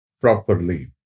properly